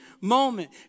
moment